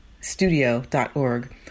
studio.org